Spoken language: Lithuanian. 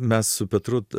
mes su petrut